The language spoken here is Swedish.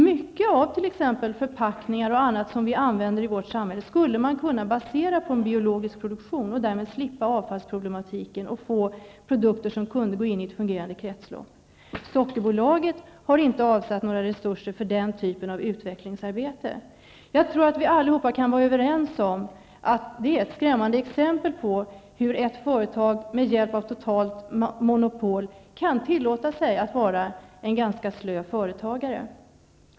Många förpackningar och annat som vi använder i vårt samhälle skulle kunna baseras på en biologisk produktion, och med produkter som kunde gå in i ett fungerande kretslopp skulle avfallsproblematiken vara löst. Sockerbolaget har inte avsatt några resurser för den typen av utvecklingsarbete. Jag tror att vi kan vara överens om att det är ett skrämmande exempel på hur ett företag med hjälp av totalt monopol kan tillåta sig att vara ganska slött.